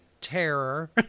terror